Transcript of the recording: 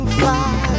fly